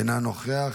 אינו נוכח,